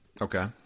okay